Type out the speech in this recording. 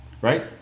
Right